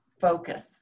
focus